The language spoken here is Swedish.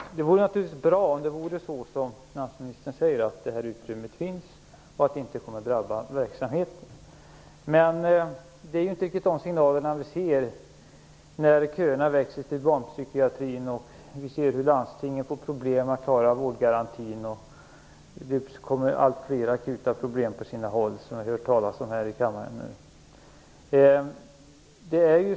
Fru talman! Det vore naturligtvis bra om det var så som finansministern säger, dvs. att det här utrymmet finns och att verksamheten inte kommer att drabbas. Men det är inte riktigt de signalerna vi får när köerna till barnpsykiatrin växer, landstingen får problem att klara vårdgarantin och det uppkommer allt fler akuta problem på sina håll, som vi har hört talas om här i kammaren.